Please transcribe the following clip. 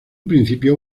principio